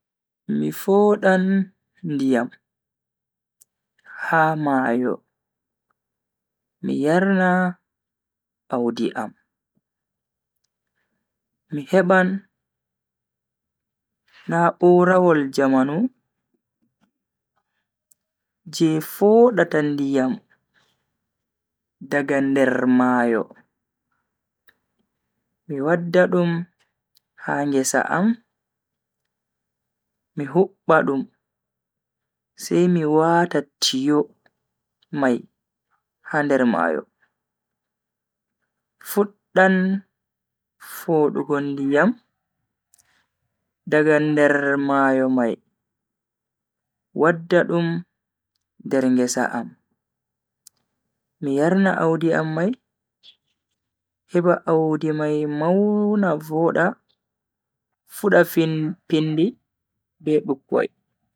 Mi fodan ndiyam ha mayo mi yarna audi am. mi heban na'urawol jamanu je fodata ndiyam daga nder mayo, mi wadda dum ha ngesa am mi hubba dum, sai mi wata tiyo mai ha nder mayo, fuddan fodugo ndiyam daga nder mayo mai wadda dum nder ngesa am mi yarna Audi mai heba Audi mai mauna voda, fuda fin.. pindi be bikkoi.